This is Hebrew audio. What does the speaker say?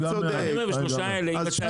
אוקיי, לא עשרה.